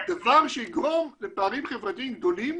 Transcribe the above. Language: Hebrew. דבר שיגרום לפערים חברתיים גדולים